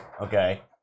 okay